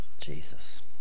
Jesus